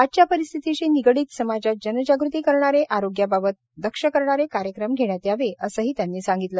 आजच्या परिस्थितीशी निगडीत समाजात जनजागृती करणारे आरोग्याबाबत दक्ष करणारे कार्यक्रम घेण्यात यावे असेही त्यांनी सांगितले